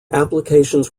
applications